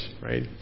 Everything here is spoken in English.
right